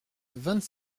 vingt